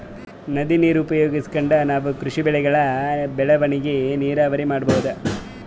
ನದಿ ನೀರ್ ಉಪಯೋಗಿಸ್ಕೊಂಡ್ ನಾವ್ ಕೃಷಿ ಬೆಳೆಗಳ್ ಬೆಳವಣಿಗಿ ನೀರಾವರಿ ಮಾಡ್ಬಹುದ್